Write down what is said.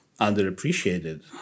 underappreciated